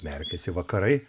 merkiasi vakarai